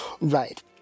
Right